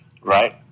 right